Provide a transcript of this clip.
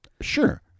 Sure